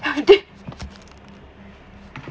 ya that